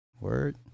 word